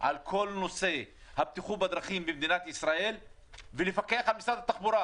על כל נושא הבטיחות בדרכים ולפקח על משרד התחבורה,